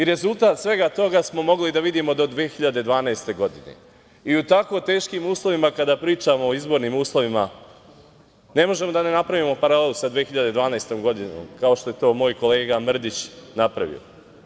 Rezultat svega toga smo mogli da vidimo do 2012. godine i u tako teškim uslovima, kada pričamo o izbornim uslovima, ne možemo da ne napravimo paralelu sa 2012. godinom, kao što je to moj kolega Mrdić napravio.